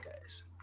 guys